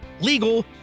legal